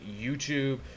YouTube